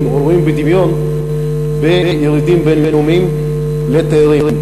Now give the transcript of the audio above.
או רואים בדמיון בירידים בין-לאומיים לתיירים.